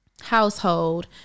household